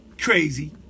Crazy